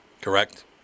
Correct